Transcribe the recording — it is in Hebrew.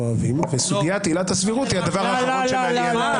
אוהבים וסוגיית עילת הסבירות היא הדבר האחרון שמעניין אותם.